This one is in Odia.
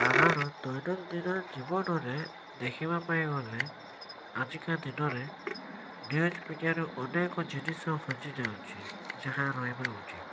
କାରଣ ଦୈନନ୍ଦିନ ଜୀବନରେ ଦେଖିବା ପାଇଁ ଗଲେ ଆଜିକା ଦିନରେ ଡେଜ ବିଜ୍ଞାନ ଅନେକ ଜିନିଷ ହଜିଯାଉଛି ଯାହା ରହିବା ଉଚିତ